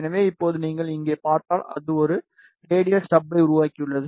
எனவே இப்போது நீங்கள் இங்கே பார்த்தால் அது ஒரு ரேடியல் ஸ்டப்பை உருவாக்கியுள்ளது